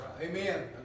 Amen